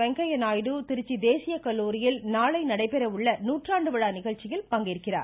வெங்கைய நாயுடு திருச்சி தேசிய கல்லூரியில் நாளை நடைபெற உள்ள நூற்றாண்டு விழா நிகழ்ச்சியில் பங்கேற்கிறார்